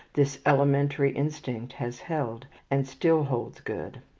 this elementary instinct has held, and still holds good.